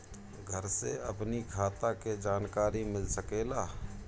घर से अपनी खाता के जानकारी मिल सकेला?